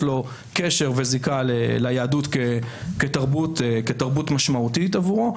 לו קשר וזיקה ליהדות כתרבות משמעותית עבורו.